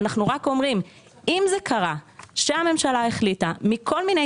אנחנו רק אומרים שאם זה קרה שהממשלה החליטה מכל מיני